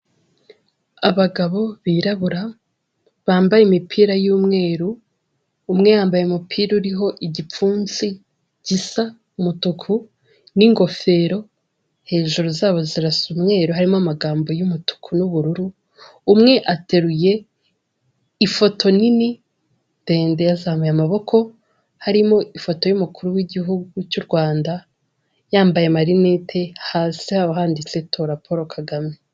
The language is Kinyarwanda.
Abagabo birabura, bambaye imipira y'umweru. Umwe yambaye umupira uriho igipfunsi gisa umutuku n'ingofero hejuru zabo zirasa umweru; harimo amagambo y'umutuku n'ubururu. Umwe ateruye ifoto nini ndende yazamuye amaboko, harimo ifoto y'umukuru w'Igihugu cy'u Rwanda yambaye amarinete. Hasi haba handitse tora Paul Kagame.